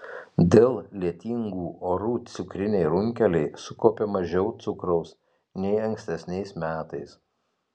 dėl lietingų orų cukriniai runkeliai sukaupė mažiau cukraus nei ankstesniais metais